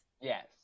Yes